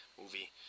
movie